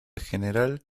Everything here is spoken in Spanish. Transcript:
general